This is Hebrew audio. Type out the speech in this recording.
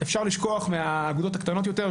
אפשר לשכוח מהאגודות הקטנות יותר.